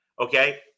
Okay